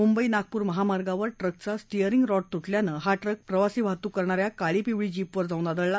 मुंबई नागपूर महामार्गावर ट्रकचा steering rod तुटल्यानं हा ट्रक प्रवासी वाहतूक करणाऱ्या काळी पिवळी जीपवर जाऊन आदळला